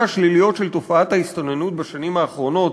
השליליות של תופעת ההסתננות בשנים האחרונות